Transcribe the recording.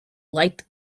leyte